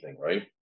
right